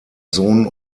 sohn